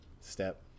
Step